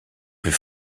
plus